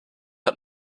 hat